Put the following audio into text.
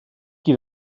qui